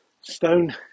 stone